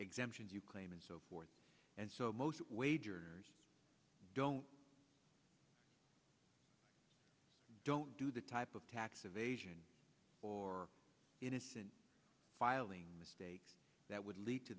exemptions you claim and so forth and so most wage earners don't don't do the type of tax evasion or innocent filing mistakes that would lead to